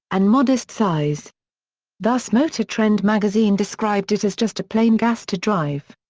and modest size thus motor trend magazine described it as just a plain gas to drive.